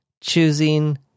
choosing